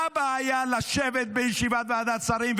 מה הבעיה לשבת בישיבה ועדת שרים,